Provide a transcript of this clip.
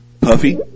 Puffy